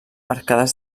arcades